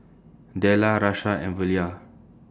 Dellar Rashad and Velia